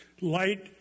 Light